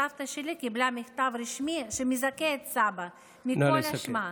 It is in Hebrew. סבתא שלי קיבלה מכתב רשמי שמזכה את סבא מכל אשמה,